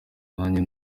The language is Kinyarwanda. nanjye